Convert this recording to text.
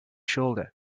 shoulder